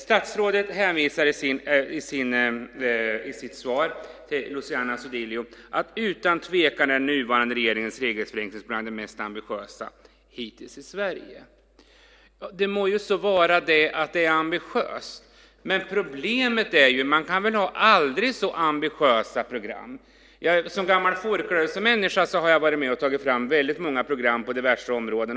Statsrådet hänvisar i sitt svar till Luciano Astudillo till att utan tvekan är den nuvarande regeringens regelförenklingsprogram det mest ambitiösa hittills i Sverige. Det må vara ambitiöst, men man kan ha aldrig så ambitiösa program. Som gammal folkrörelsemänniska har jag varit med och tagit fram väldigt många program på diverse områden.